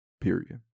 period